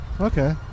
Okay